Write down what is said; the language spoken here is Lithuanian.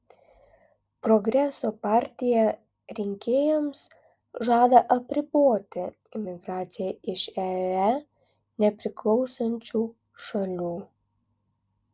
progreso partija rinkėjams žada apriboti imigraciją iš eee nepriklausančių šalių